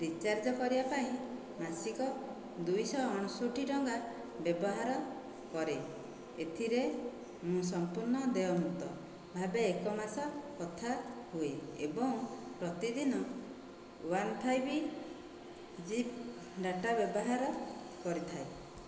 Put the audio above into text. recharge କରିବା ପାଇଁ ମାସିକ ଦୁଇ ଶହ ଅଣଷଠି ଟଙ୍କା ବ୍ୟବହାର କରେ ଏଥିରେ ମୁଁ ସମ୍ପୂର୍ଣ୍ଣ ଦେୟମୁକ୍ତ ଭାବେ ଏକ ମାସ କଥା ହୁଏ ଏବଂ ପ୍ରତିଦିନ ୱାନ୍ ଫାଇବ୍ ଜି ଡାଟା ବ୍ୟବହାର କରିଥାଏ